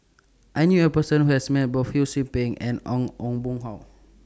I knew A Person Who has Met Both Ho SOU Ping and on Ong Boon Hau